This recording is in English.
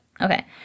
Okay